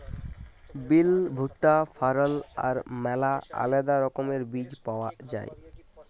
বিল, ভুট্টা, ফারল আর ম্যালা আলেদা রকমের বীজ পাউয়া যায়